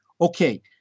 okay